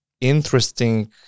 interesting